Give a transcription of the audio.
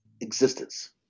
existence